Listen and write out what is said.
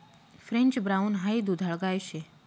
French brown हाई दुधाळ गाय शे